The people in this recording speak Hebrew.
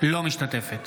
אינה משתתפת